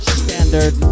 standard